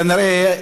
כנראה,